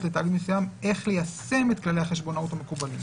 לתאגיד מסוים איך ליישם את כללי החשבונאות המקובלים.